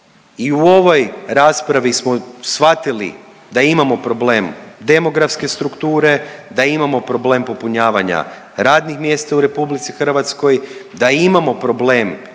i u ovoj raspravi smo shvatili da imamo problem demografske strukture, da imamo problem popunjavanja radnih mjesta u RH, da imamo problem